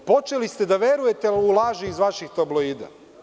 Počeli ste da verujete u laži iz vaših tabloida.